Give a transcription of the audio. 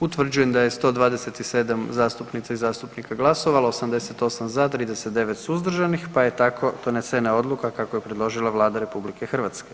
Utvrđujem da je 127 zastupnica i zastupnika glasovalo, 88 za, 39 suzdržanih, pa je tako donesena odluka kako je predložila Vlada RH.